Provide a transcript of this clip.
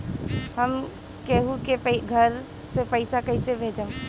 हम केहु के घर से पैसा कैइसे भेजम?